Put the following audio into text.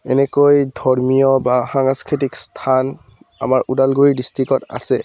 এনেকৈ ধৰ্মীয় বা সাংস্কৃতিক স্থান আমাৰ ওদালগুৰি ডিষ্ট্ৰিকত আছে